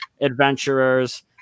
adventurers